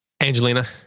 Angelina